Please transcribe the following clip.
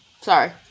Sorry